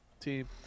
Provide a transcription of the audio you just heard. team